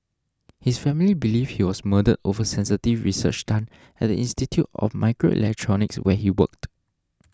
his family believe he was murdered over sensitive research done at the Institute of Microelectronics where he worked